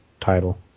title